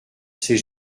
ses